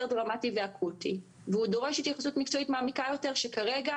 דרמטי ואקוטי והוא דורש התייחסות מקצועית מעמיקה יותר שכרגע,